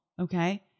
Okay